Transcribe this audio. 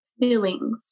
feelings